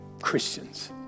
Christians